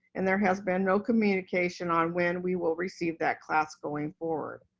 and there has been no communication on when we will receive that class going forward.